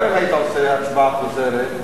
גם אם היית עושה הצבעה חוזרת,